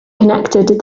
connected